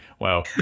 wow